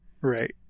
Right